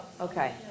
Okay